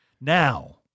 Now